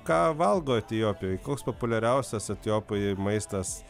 ką valgo etiopijoj koks populiariausias etiopijoj maistas